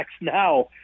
now